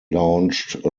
launched